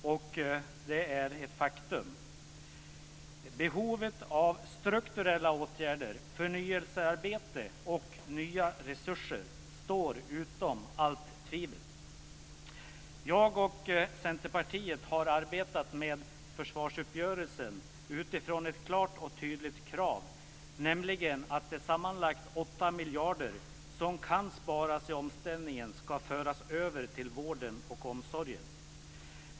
Det är ett faktum. Behovet av strukturella åtgärder, förnyelsearbete och nya resurser står utom allt tvivel. Jag och Centerpartiet har arbetat med försvarsuppgörelsen utifrån ett klart och tydligt krav, nämligen att de sammanlagt 8 miljarder som kan sparas i omställningen ska föras över till vården och omsorgen.